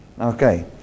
Okay